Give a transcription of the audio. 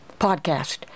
podcast